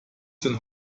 sind